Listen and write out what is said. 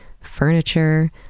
furniture